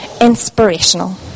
inspirational